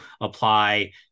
apply